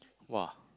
!wah!